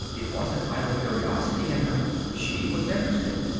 it wasn't idle curiosity in her. she was interested.